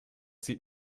sieht